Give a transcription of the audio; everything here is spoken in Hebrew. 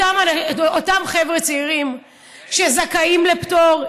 אותם חבר'ה צעירים שזכאים לפטור,